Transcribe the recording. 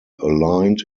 aligned